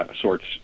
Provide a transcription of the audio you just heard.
sorts